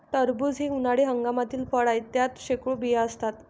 टरबूज हे उन्हाळी हंगामातील फळ आहे, त्यात शेकडो बिया असतात